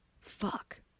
fuck